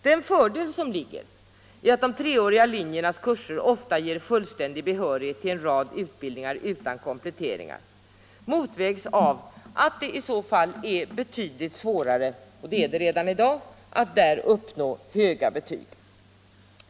Den fördel som ligger i att de treåriga linjernas kurser ofta ger fullständig behörighet till en rad utbildningar utan komplettering motvägs av att det är betydligt svårare — det är det redan i dag — att där uppnå höga betyg.